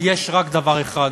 יש רק דבר אחד,